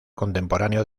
contemporáneo